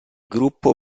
gruppo